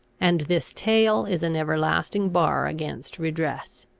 and this tale is an everlasting bar against redress.